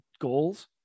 goals